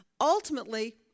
ultimately